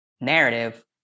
narrative